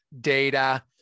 data